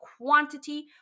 quantity